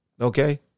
Okay